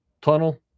tunnel